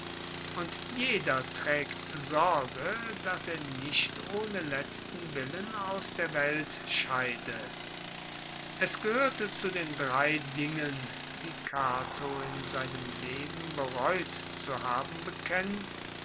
und jeder traegt sorge dass er nicht ohne letzten willen aus der welt scheide es gehoerte zu den drei dingen die cato in seinem leben bereut zu haben bekennt